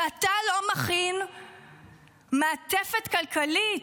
ואתה לא מכין מעטפת כלכלית,